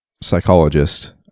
psychologist